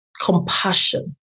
Compassion